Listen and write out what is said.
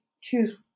choose